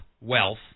wealth